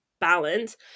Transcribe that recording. balance